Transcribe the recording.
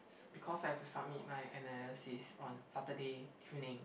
because I have to submit my analysis on Saturday evening